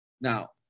Now